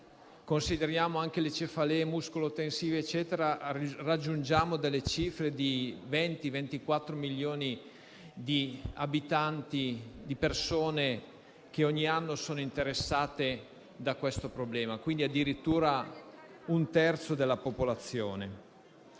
consideriamo anche le cefalee muscolo-tensive, raggiungiamo la cifra di 20-24 milioni di abitanti di persone ogni anno interessate da questo problema, quindi addirittura un terzo della popolazione.